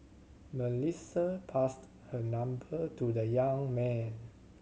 Melissa passed her number to the young man